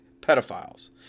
pedophiles